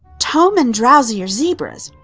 tome and drowsy are zebras.